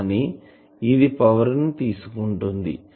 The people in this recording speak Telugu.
కానీ ఇది పవర్ ని తీసుకుంటుంది